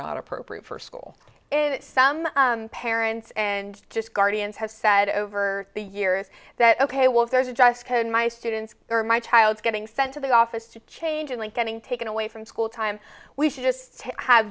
not appropriate for school some parents and just guardians have said over the years that ok well if there's a dress code in my students or my child's getting sent to the office to change and getting taken away from school time we should just have